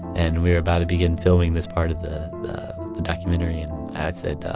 and we were about to begin filming this part of the the documentary. and i said,